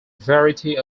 variety